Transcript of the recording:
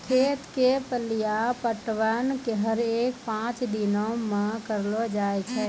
खेत क फलिया पटवन हरेक पांच दिनो म करलो जाय छै